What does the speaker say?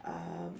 um